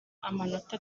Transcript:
amanota